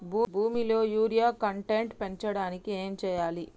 భూమిలో urea content పెంచడానికి ఏం చేయాలి?